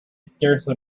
scarcely